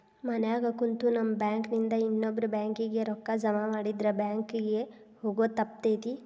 ಮನ್ಯಾಗ ಕುಂತು ನಮ್ ಬ್ಯಾಂಕ್ ನಿಂದಾ ಇನ್ನೊಬ್ಬ್ರ ಬ್ಯಾಂಕ್ ಕಿಗೆ ರೂಕ್ಕಾ ಜಮಾಮಾಡಿದ್ರ ಬ್ಯಾಂಕ್ ಕಿಗೆ ಹೊಗೊದ್ ತಪ್ತೆತಿ